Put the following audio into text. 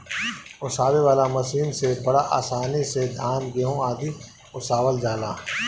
ओसावे वाला मशीन से बड़ा आसानी से धान, गेंहू आदि ओसावल जाला